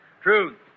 Truth